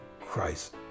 Christ